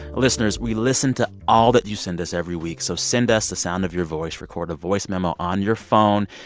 listeners, we listen to all that you send us every week, so send us the sound of your voice. record a voice memo on your phone.